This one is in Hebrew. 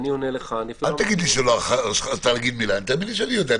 אל תגיד לי שלא אמרת מילה, תאמין לי שאני יודע.